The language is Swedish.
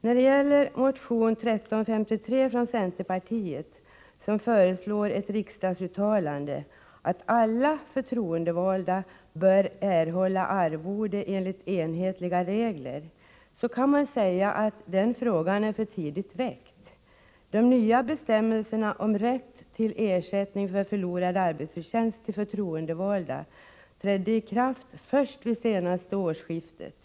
När det gäller motion 1353 från centerpartiet, vari man föreslår ett riksdagsuttalande om att alla förtroendevalda bör erhålla arvode enligt enhetliga regler, kan sägas att den frågan är för tidigt väckt. De nya bestämmelserna om rätt till ersättning för förlorad arbetsförtjänst till förtroendevalda trädde i kraft först vid senaste årsskiftet.